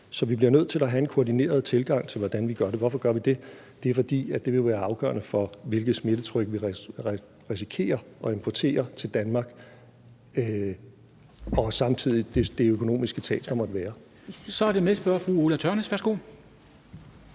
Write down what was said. så vi bliver nødt til at have en koordineret tilgang til, hvordan vi gør det. Og hvorfor gør vi det? Det er, fordi det vil være afgørende for, hvilket smittetryk vi risikerer at importere til Danmark, og samtidig det økonomiske tab, der måtte være. Kl. 13:44 Formanden